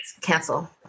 cancel